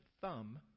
thumb